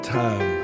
time